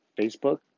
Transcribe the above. Facebook